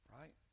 right